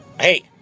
hey